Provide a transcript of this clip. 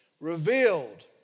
revealed